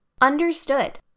Understood